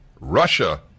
Russia